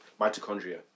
Mitochondria